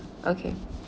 okay